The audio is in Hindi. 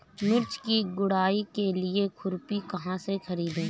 मिर्च की गुड़ाई के लिए खुरपी कहाँ से ख़रीदे?